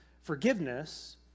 forgiveness